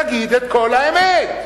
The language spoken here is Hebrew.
תגיד את כל האמת.